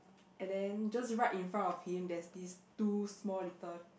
and then just right in front of him there's this two small little